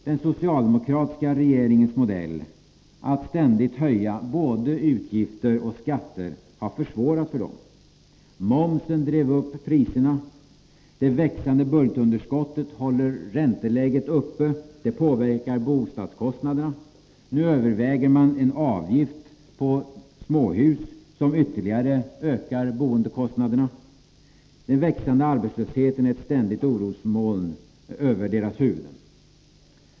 Den socialdemokratiska regeringens modell, att ständigt höja både utgifter och skatter, har försvårat situationen för dem. Momshöjningen drev upp priserna. Det växande budgetunderskottet håller ränteläget på en hög nivå, vilket påverkar bostadskostnaderna. Nu överväger regeringen en avgift på småhus, som ytterligare skulle öka boendekostnaderna. Den växande arbetslösheten är ett ständigt orosmoln över deras huvuden.